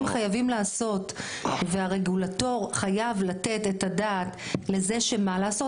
חייבים לעשות והרגולטור חייב לתת את הדעת לזה שמה לעשות,